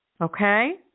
Okay